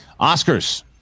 Oscars